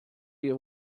you